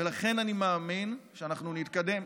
ולכן אני מאמין שאנחנו נתקדם,